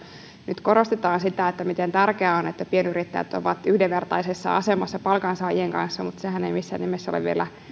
nyt korostetaan sitä miten tärkeää on että pienyrittäjät ovat yhdenvertaisessa asemassa palkansaajien kanssa mutta sehän ei missään nimessä ole vielä